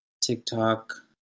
TikTok